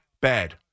bad